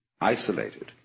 isolated